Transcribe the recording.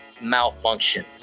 malfunction